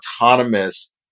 autonomous